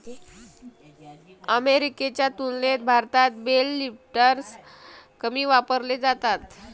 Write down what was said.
अमेरिकेच्या तुलनेत भारतात बेल लिफ्टर्स कमी वापरले जातात